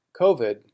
COVID